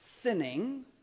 Sinning